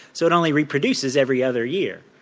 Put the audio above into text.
so it only reproduces every other year.